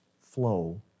flow